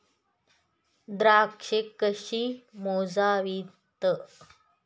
द्राक्षे कशी मोजावीत?